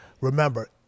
remember